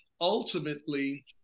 ultimately